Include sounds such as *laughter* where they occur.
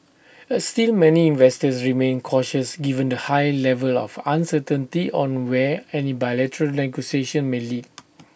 A still many investors remained cautious given the high level of uncertainty on where any bilateral *unintelligible* may lead